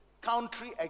country